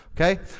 okay